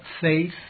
faith